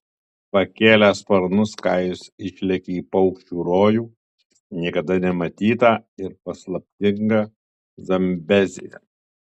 pakėlęs sparnus kajus išlekia į paukščių rojų niekada nematytą ir paslaptingą zambeziją